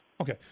Okay